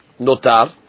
notar